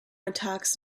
attacks